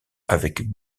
avec